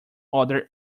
other